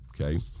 Okay